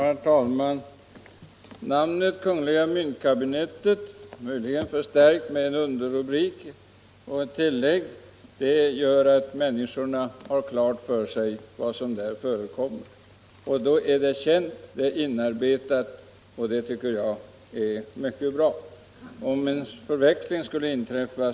Herr talman! Namnet kungl. myntkabinettet, möjligen förstärkt med en underrubrik, är till fyllest för att människorna skall ha klart för sig vad det är fråga om. Det är ett känt och inarbetat namn. Om vi nu ändrar det kan förväxlingar inträffa.